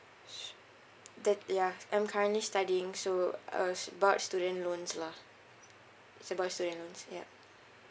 the yeah I'm currently studying so uh it's about student loans lah it's about student loans ya